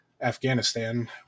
afghanistan